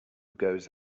goes